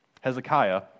Hezekiah